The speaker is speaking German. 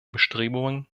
bestrebungen